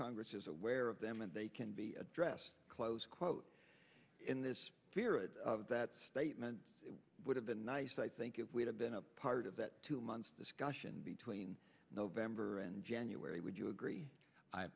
congress is aware of them and they can be addressed close quote in this spirit of that statement it would have been nice i think it would have been a part of that two months discussion between november and january would you agree i